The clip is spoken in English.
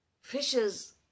fishes